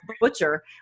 butcher